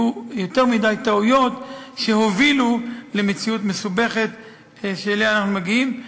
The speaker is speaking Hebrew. יותר מדי טעויות שהובילו למציאות מסובכת שאליה אנחנו מגיעים,